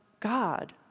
God